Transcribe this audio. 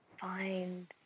find